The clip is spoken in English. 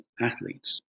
athletes